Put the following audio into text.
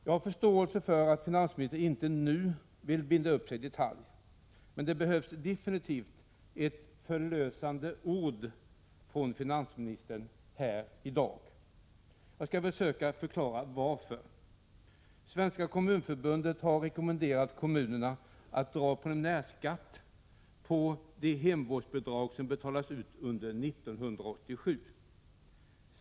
Jag kan ha förståelse för att finansministern inte nu vill binda upp sig i detalj, men det behövs definivt ett förlösande ord från finansministern här i dag. Jag skall försöka förklara varför. Svenska kommunförbundet har rekommenderat kommunerna att dra av preliminärskatt på de hemvårdsbidrag som betalas ut under 1987.